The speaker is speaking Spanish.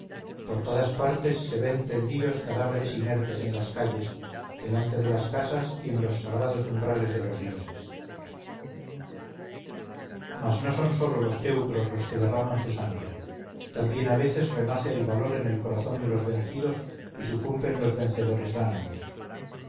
por todas partes se ven tendidos cadáveres inertes en las calles delante de las casas y en los sagrados umbrales de los dioses mas no son sólo los teucros los que derraman su sangre también a veces renace el valor en el corazón de los vencidos y sucumben los vencedores dánaos